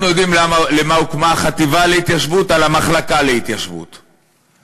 אנחנו יודעים לְמה הוקמה החטיבה להתיישבות על המחלקה להתיישבות,